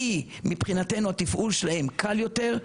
ומבחינתנו התפעול שלהם קל יותר,